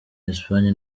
espagne